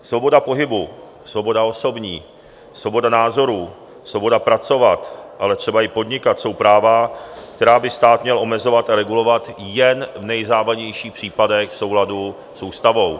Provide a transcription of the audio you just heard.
Svoboda pohybu, svoboda osobní, svoboda názorů, svoboda pracovat, ale třeba i podnikat jsou práva, která by stát měl omezovat a regulovat jen v nejzávažnějších případech v souladu s ústavou.